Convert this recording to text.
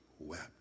Wept